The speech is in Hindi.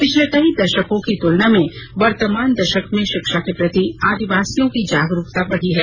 पिछले कई दशको की तुलना में वर्तमान दशक में शिक्षा के प्रति आदिवासियों की जागरूकता बढ़ी है